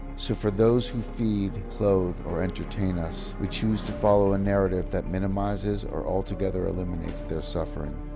so for those who feed, clothe or entertain us, we choose to follow a narrative that minimises or altogether eliminates their suffering.